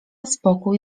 spokój